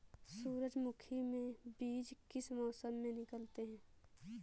सूरजमुखी में बीज किस मौसम में निकलते हैं?